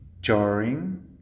jarring